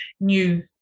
new